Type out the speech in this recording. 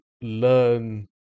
learn